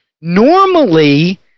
normally